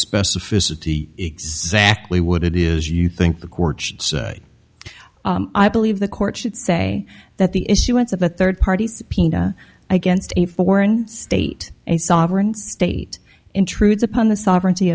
specificity exactly what it is you think the courts say i believe the court should say that the issuance of a third party subpoena against a foreign state a sovereign state intrudes upon the sovereignty